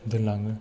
दोनलाङो